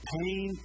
pain